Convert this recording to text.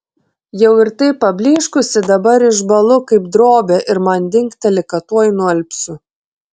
jau ir taip pablyškusi dabar išbąlu kaip drobė ir man dingteli kad tuoj nualpsiu